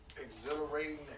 exhilarating